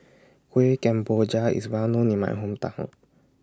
Kueh Kemboja IS Well known in My Hometown